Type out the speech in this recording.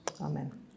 Amen